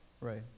Right